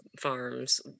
farms